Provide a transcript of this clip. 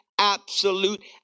absolute